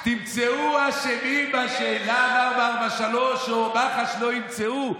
כשתמצאו אשמים, מה שלהב 443 או מח"ש לא ימצאו,